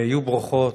היו ברוכות.